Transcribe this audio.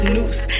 Noose